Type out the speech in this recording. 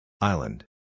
Island